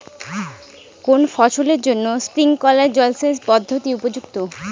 কোন ফসলের জন্য স্প্রিংকলার জলসেচ পদ্ধতি উপযুক্ত?